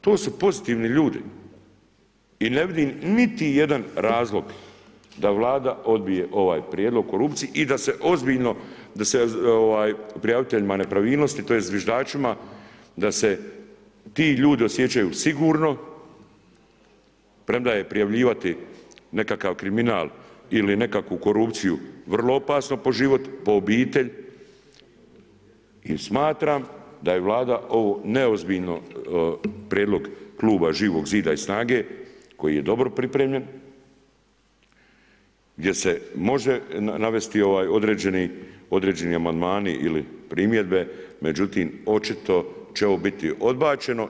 To su pozitivni ljudi i ne vidim niti jedan razlog da Vlada odbije ovaj prijedlog o korupciji i da se ozbiljno prijaviteljima nepravilnosti tj. zviždačima da se ti ljudi osjećaju sigurno premda je prijavljivati nekakav kriminal ili nekakvu korupciju vrlo opasno po život, po obitelj i smatram da je Vlada ovo neozbiljno prijedlog kluba Živog zida i SNAGA-e koji je dobro pripremljen, gdje se može navesti određeni amandmani ili primjedbe, međutim očito će ovo biti odbačeno.